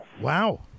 Wow